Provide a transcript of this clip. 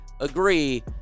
agree